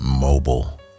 mobile